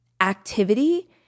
activity